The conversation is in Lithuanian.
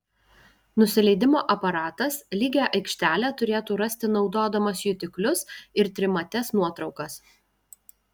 nusileidimo aparatas lygią aikštelę turėtų rasti naudodamas jutiklius ir trimates nuotraukas